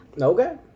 Okay